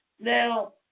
Now